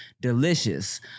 delicious